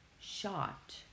shot